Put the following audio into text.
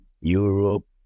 Europe